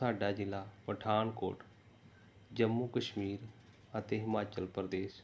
ਸਾਡਾ ਜ਼ਿਲ੍ਹਾ ਪਠਾਨਕੋਟ ਜੰਮੂ ਕਸ਼ਮੀਰ ਅਤੇ ਹਿਮਾਚਲ ਪ੍ਰਦੇਸ਼